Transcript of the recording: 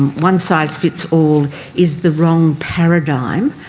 one size fits all is the wrong paradigm.